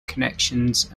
connections